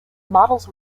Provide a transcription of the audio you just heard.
models